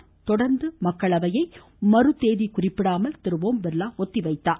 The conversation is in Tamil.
அதனை தொடர்ந்து மக்களவையை மறுதேதி குறிப்பிடாமல் திரு ஓம்பிர்லா ஒத்திவைத்தார்